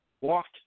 walked